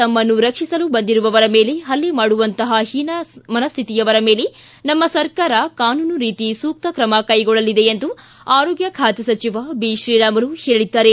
ತಮ್ನನ್ನು ರಕ್ಷಿಸಲು ಬಂದಿರುವವರ ಮೇಲೆ ಹಲ್ಲೆ ಮಾಡುವಂತಹ ಹೀನ ಮನಸ್ಟಿತಿಯವರ ಮೇಲೆ ನಮ್ನ ಸರ್ಕಾರ ಕಾನೂನು ರೀತಿ ಸೂಕ್ತ ಕ್ರಮ ಕೈಗೊಳ್ಳಲಿದೆ ಎಂದು ಆರೋಗ್ಡ ಖಾತೆ ಸಚಿವ ಬಿಶ್ರೀರಾಮುಲು ಹೇಳಿದ್ದಾರೆ